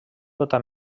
tota